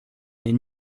n’est